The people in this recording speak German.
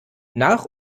nach